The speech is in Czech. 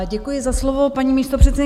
Děkuji za slovo, paní místopředsedkyně.